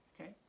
okay